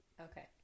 Okay